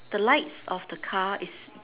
the lights of the car is